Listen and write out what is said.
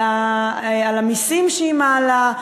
על המסים שהיא מעלה,